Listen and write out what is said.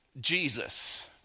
Jesus